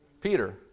Peter